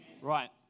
Right